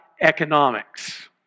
economics